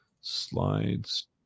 Slides